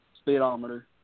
speedometer